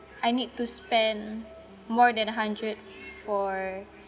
I need to spend more than a hundred for